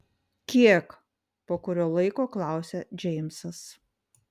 kiek po kurio laiko klausia džeimsas